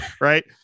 right